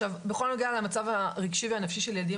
בכל הנוגע למצב הרגשי והנפשי של ילדים